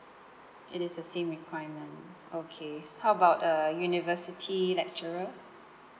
it is the same requirement okay how about uh university lecturer